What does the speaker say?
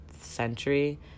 century